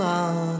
on